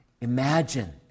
Imagine